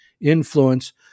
influence